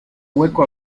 hueco